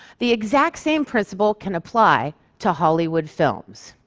the exact same principle can apply to hollywood films.